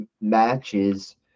matches